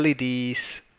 leds